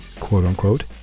quote-unquote